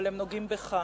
אבל הם נוגעים בך.